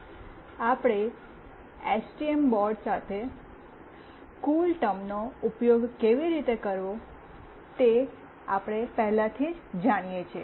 આપણે STM board સાથે કૂલટર્મનો ઉપયોગ કેવી રીતે કરવો તે આપણે પહેલાથી જ જાણીએ છીએ